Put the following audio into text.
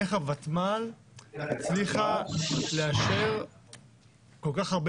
איך הותמ"ל הצליחה לאשר כל כך הרבה